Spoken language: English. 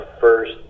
first